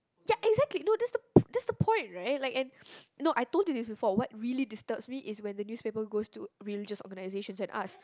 ya exactly no that's the that's the point right like and no I told you this before what really disturbs me is when the newspaper goes to religious organisations and ask